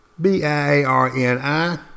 B-I-A-R-N-I